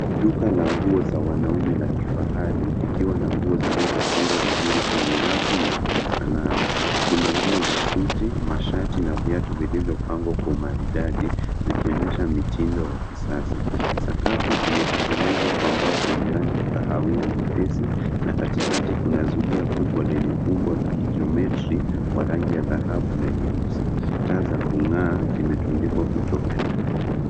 Duka la nguo za wanaume la kifahari likiwa na nguo zilizopangwa vizuri kwenye rafu na kwenye sanamu. Kuna nguo za suti, mashati na viatu vilivyopangwa kwa umaridadi zikionyesha mtindo wa kisasa. Sakafu imetengenezwa kwa mbao yenye rangi ya kahawia nyepesi na katikati kuna zulia kubwa lenye umbo la kijiometri wa rangi ya dhahabu na nyeusi. Taa za kung' aa zimetundikwa kutoka juu.